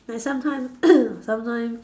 I sometime sometime